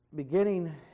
Beginning